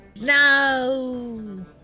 no